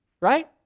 right